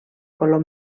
color